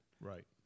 right